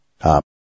Up